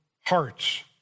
hearts